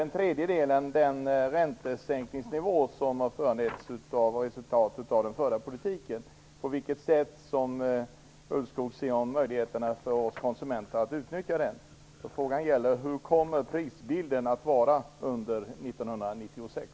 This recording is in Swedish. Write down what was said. Den tredje är den räntesänkningsnivå som har föranletts av resultatet av den förda politiken, och på vilket sätt civilministern anser att vi konsumenter har möjlighet att utnyttja denna. Hur kommer prisbilden att vara under 1996?